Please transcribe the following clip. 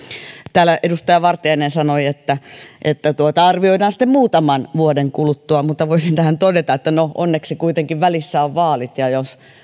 täällä edustaja vartiainen sanoi että että arvioidaan sitten muutaman vuoden kuluttua mutta voisin tähän todeta että onneksi kuitenkin välissä on vaalit ja jos